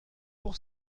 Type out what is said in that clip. pour